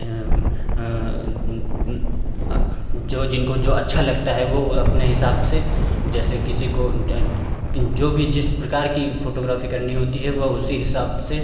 जो जिनको जो अच्छा लगता है वह वह अपने हिसाब से जैसे किसी को जो भी जिस प्रकार की फ़ोटोग्राफ़ी करनी होती है वह उसी हिसाब से